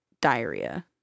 diarrhea